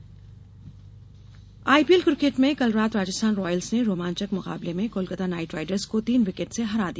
IPL IPL cricket में कल रात राजस्थान रॉयल्स ने रोमांचक मुकाबले में कोलकाता नाइट राइडर्स को तीन विकेट से हरा दिया